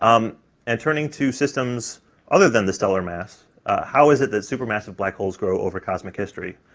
um and turning to systems other than the stellar mass how is it that super massive black holes grow over cosmic history?